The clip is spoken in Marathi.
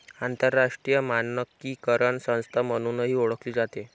आंतरराष्ट्रीय मानकीकरण संस्था म्हणूनही ओळखली जाते